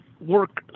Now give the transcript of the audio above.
work